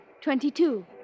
Twenty-two